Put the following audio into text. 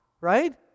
right